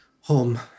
home